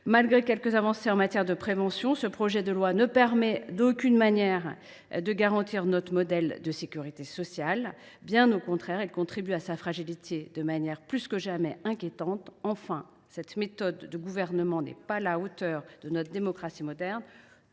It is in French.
malgré quelques avancées en matière de prévention, ce projet de loi ne permet en aucune manière de garantir notre modèle de sécurité sociale – bien au contraire ! Il contribue à sa fragilité de façon plus que jamais inquiétante. Enfin, cette méthode de gouvernement n’est pas à la hauteur de notre démocratie moderne.